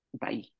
Bye